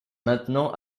maintenant